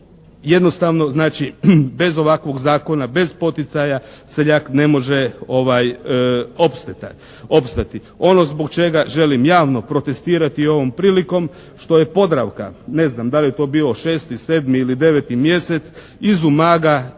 Jednostavno znači, bez ovakvog zakona, bez poticaja seljak ne može opstati. Ono zbog čega želim javno protestirati ovom prilikom što je "Podravka" ne znam, da li je to bio 6.,7., ili 9. mjesec iz Umaga